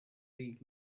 league